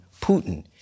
Putin